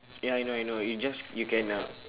ya I know I know you just you can uh